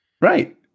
Right